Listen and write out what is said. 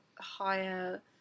higher